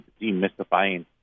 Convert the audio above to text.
demystifying